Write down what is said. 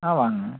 ஆ வாங்க